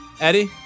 Eddie